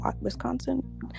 wisconsin